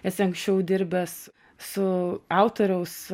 esi anksčiau dirbęs su autoriaus